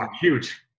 huge